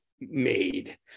made